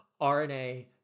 rna